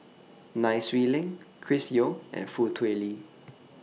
Nai Swee Leng Chris Yeo and Foo Tui Liew